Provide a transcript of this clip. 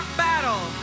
battle